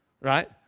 Right